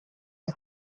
the